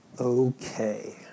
Okay